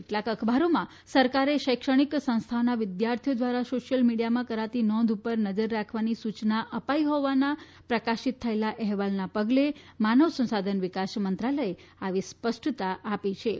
કેટલાંક અખબારોમાં સરકારે શૈક્ષણિક સંસ્થાઓના વિદ્યાર્થીઓ દ્વારા સોશ્થિલ મિડીયામાં કરાતી નોંધ ઉપર નજર રાખવાની સૂયના અપાઇ હોવાના પ્રકાશિત થયેલા અહેવાલના પગલે માનવ સંસાધન વિકાસ મંત્રાલયે આવી સ્પષ્ટતા આપી હિ